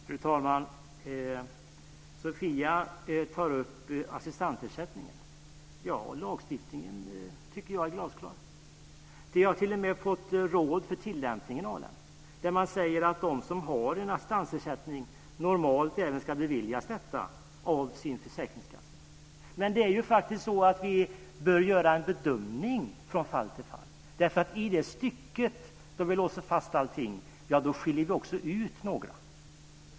Fru talman! Sofia Jonsson tar upp assistansersättningen. Lagstiftningen är glasklar. Vi har t.o.m. fått råd för tillämpningen av den, där man säger att de som har en assistansersättning normalt även ska beviljas denna av sin försäkringskassa. Men vi bör göra en bedömning från fall till fall. I det stycket där vi låser fast allting skiljer vi också ut några.